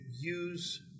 use